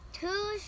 Two